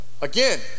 Again